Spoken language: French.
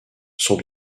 sont